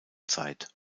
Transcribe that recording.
zeit